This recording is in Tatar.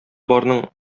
барның